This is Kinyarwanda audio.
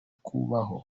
kubaho